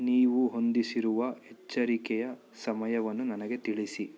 ನೀವು ಹೊಂದಿಸಿರುವ ಎಚ್ಚರಿಕೆಯ ಸಮಯವನ್ನು ನನಗೆ ತಿಳಿಸಿ